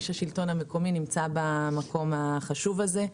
איש השלטון המקומי נמצא במקום החשוב הזה.